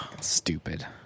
stupid